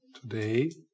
Today